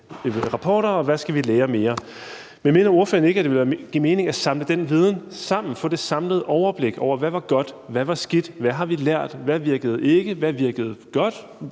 og hvad skal vi lære mere? Men mener ordføreren ikke, at det vil give mening at samle den viden sammen og få det samlede overblik over: Hvad var godt, hvad var skidt, hvad har vi lært, hvad virkede ikke, hvad virkede godt,